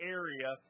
area